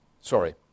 sorry